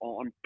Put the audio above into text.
on